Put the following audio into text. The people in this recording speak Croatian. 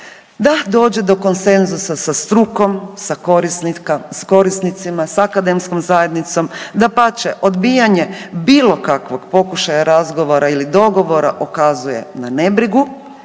da dođe da konsenzusa sa strukom, sa korisnicima, s akademskom zajednicom, dapače, odbijanje bilo kakvog pokušaja razgovora ili dogovora ukazuje na nebrigu